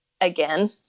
again